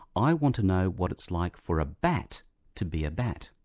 i want to know what it's like for a bat to be a bat.